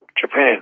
Japan